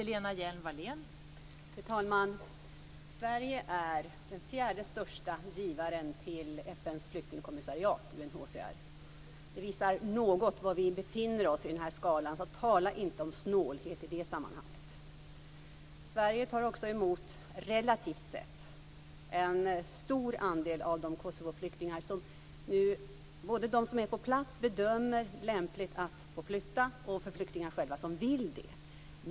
Fru talman! Sverige är den fjärde största givaren till FN:s flyktingkommissariat, UNHCR. Det visar något var vi befinner oss på den här skalan. Tala därför inte om snålhet i det sammanhanget! Sverige tar också emot en relativt stor andel av både Kosovoflyktingar som de som är på plats bedömer att det är lämpligt att flytta och flyktingar som själva vill det.